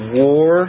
war